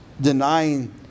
Denying